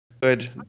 good